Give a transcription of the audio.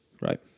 right